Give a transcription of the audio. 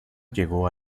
llegó